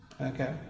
okay